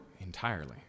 entirely